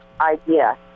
idea